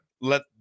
Let